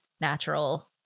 natural